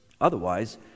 Otherwise